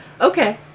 okay